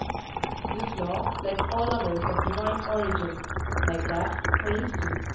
this law, like all others of divine origin like that, for instance,